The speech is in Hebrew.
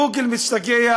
גוגל משתגע.